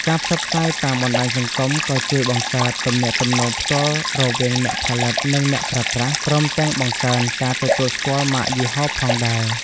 ការផ្សព្វផ្សាយតាមបណ្ដាញសង្គមក៏ជួយបង្កើតទំនាក់ទំនងផ្ទាល់រវាងអ្នកផលិត និងអ្នកប្រើប្រាស់ ព្រមទាំងបង្កើនការទទួលស្គាល់ម៉ាកយីហោផងដែរ។